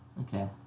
Okay